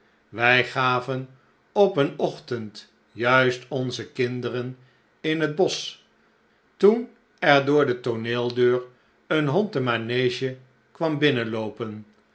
wij gaven op een ochtend juist onze kinderen in het bosch toen er door de tooneeldeur een hond de manege kwam